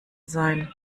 sein